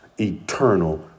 eternal